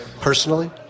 Personally